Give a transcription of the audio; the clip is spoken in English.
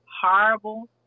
horrible